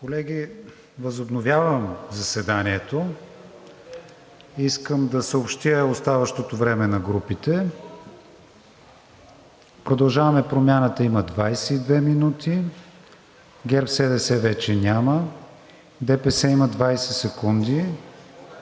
Колеги, възобновявам заседанието. Искам да съобщя оставащото време на групите. „Продължаваме Промяната“ има 22 минути; ГЕРБ-СДС вече няма; ДПС има 20 секунди;